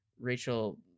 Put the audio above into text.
Rachel